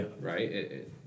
right